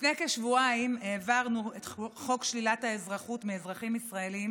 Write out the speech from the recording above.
לפני כשבועיים העברנו את חוק שלילת האזרחות מאזרחים ישראלים